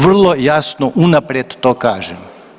Vrlo jasno unaprijed to kažem.